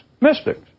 mystics